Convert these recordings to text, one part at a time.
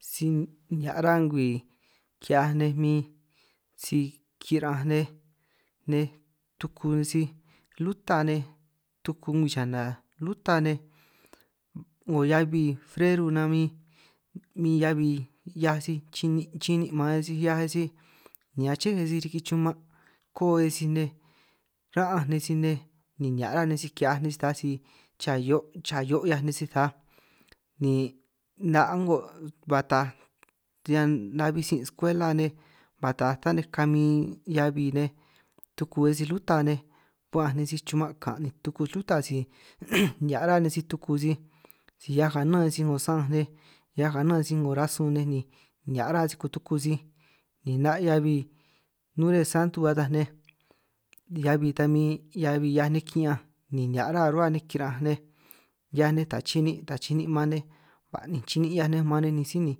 Si nihia' ra ngwii ki'hiaj nej min si kiran'anj nej nej tuku sij luta nej, tuku ngwii xana luta nej 'ngo heabi freru nan min heabi 'hiaj sij chinin' chinin' maan nej sij 'hiaj sij, ni aché nej sij riki chuman' ko'o nej sij nej ra'anj nej sij nej ni nihia' ruhua nej sij ki'hiaj nej sij taj si, cha hio' cha hio' 'hiaj nej si taj ni 'na' a'ngo ba taaj riñan nabij sin' skuela nej ba taaj tanej kamin heabi nej tuku nej sij luta nej, ba'anj nej sij chuman' kan' ni tuku luta si nihia' ruhua nej sij tuku sij, si 'hiaj ganan sij 'ngo san'anj nej 'hiaj kana nej sij rasun nej ni nihia' raj sij kutuku sij ni 'na' heabi nuresanto ataj nej, heabi tan min heabi 'hiaj nej ki'ñanj ni nihia' ruhua ruhua nej kiran'anj nej 'hiaj nej taj chinin' taj chi'nin' maan nej, ba'ninj chinin' 'hiaj nej maan nej ni sij ni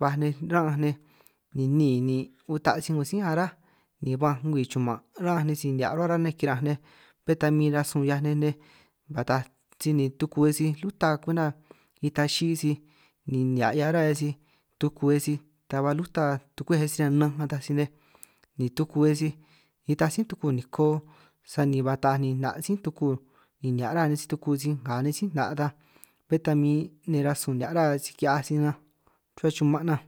baj nej ra'anj nej ni níin ni uta' sij 'ngo sí ará ni ba'anj ngwii chuman' ra'anj nej sij nihia' rruhua rruhua nej kira'anj nej, bé ta min rasun 'hiaj nej nej ba taaj sij tuku nej sij luta kwenta ita chií sij ni nihia' 'hiaj ruhua sij tuku nej sij ta ba luta tukwej e sij riñan nnanj ataj sij nej, ni tu nej sij nitaj sí tuku niko sani ba taaj ni 'na' sí tuku ni nihia' ruhua nej sij tuku nej sij nga nej sí 'na' ta, bé ta min nej rasun nihia' ruhua sij ki'hiaj sij ruhua chuman' nan.